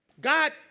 God